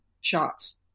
shots